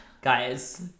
Guys